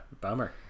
Bummer